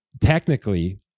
Technically